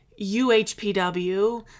UHPW